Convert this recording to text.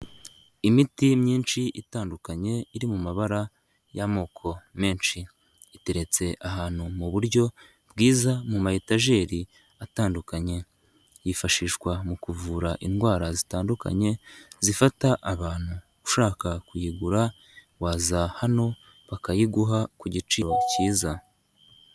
Imiti myinshi itandukanye iri mu mabara y'amoko menshi, iteretse ahantu mu buryo bwiza mu ma etajeri atandukanye, yifashishwa mu kuvura indwara zitandukanye zifata abantu, ushaka kuyigura waza hano bakayiguha ku giciro kiza.